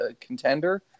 contender